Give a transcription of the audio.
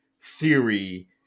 theory